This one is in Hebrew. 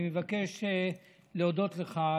אני מבקש להודות לך,